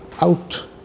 out